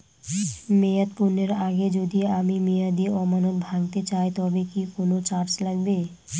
মেয়াদ পূর্ণের আগে যদি আমি মেয়াদি আমানত ভাঙাতে চাই তবে কি কোন চার্জ লাগবে?